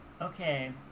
Okay